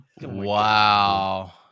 Wow